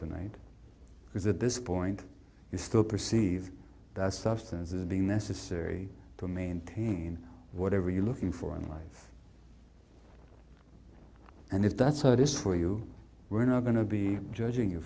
a night because at this point you still perceive that substance as being necessary to maintain whatever you're looking for in life and if that's how it is for you we're not going to be judging you